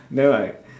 then like